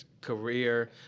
career